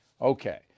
Okay